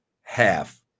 half